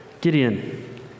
Gideon